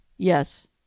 Yes